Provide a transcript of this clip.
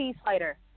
fighter